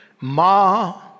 Ma